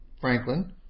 Franklin